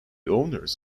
owners